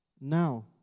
Now